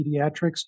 Pediatrics